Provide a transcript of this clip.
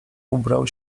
ubrał